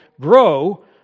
grow